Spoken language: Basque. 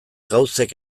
gauzek